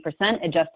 adjusted